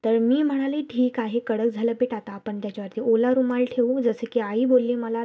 तर मी म्हणाले ठीक आहे कडक झालं पीठ आता आपण त्याच्यावरती ओला रुमाल ठेवू जसं की आई बोलली मला